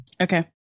Okay